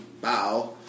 Bow